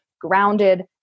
grounded